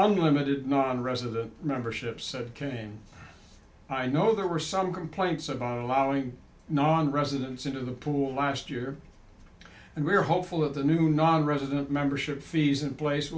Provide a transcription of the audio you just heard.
unlimited nonresident membership said king i know there were some complaints about allowing non residents into the pool last year and we're hopeful that the new nonresident membership fees in place